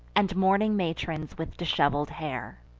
and mourning matrons with dishevel'd hair.